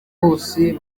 bose